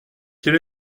quel